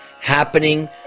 happening